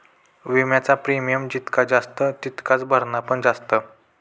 विम्याचा प्रीमियम जितका जास्त तितकाच भरणा पण जास्त